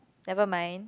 never mind